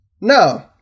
no